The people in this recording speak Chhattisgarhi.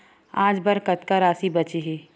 आज बर कतका राशि बचे हे?